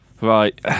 Right